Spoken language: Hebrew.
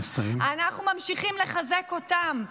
אנחנו ממשיכים לחזק אותם.